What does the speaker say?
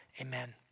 Amen